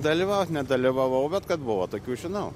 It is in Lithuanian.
dalyvaut nedalyvavau bet kad buvo tokių žinau